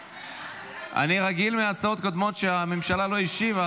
אני רגיל מהצעות קודמות שהממשלה לא השיבה,